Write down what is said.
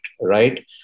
right